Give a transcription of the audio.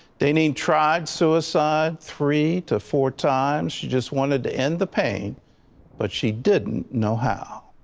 they need tried, suicide, three to four times. she just wanted to end the pain but she didn't know how.